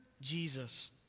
Jesus